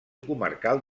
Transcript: comarcal